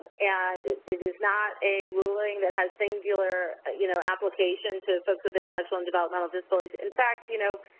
and it is not a ruling that has singular, you know, application to folks of intellectual and developmental disabilities in fact, you know,